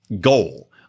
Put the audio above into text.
goal